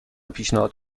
پیشنهاد